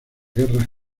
guerras